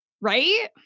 Right